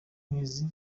nkizi